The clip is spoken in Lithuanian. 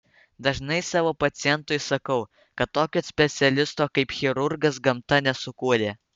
dažnai savo pacientui sakau kad tokio specialisto kaip chirurgas gamta nesukūrė